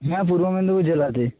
হ্যাঁ পূর্ব মেদিনীপুর জেলাতেই